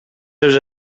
seus